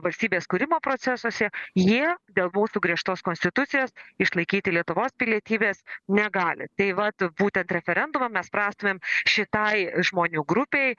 valstybės kūrimo procesuose jie dėl mūsų griežtos konstitucijos išlaikyti lietuvos pilietybės negali tai vat būtent referendumu mes spręstumėm šitai žmonių grupei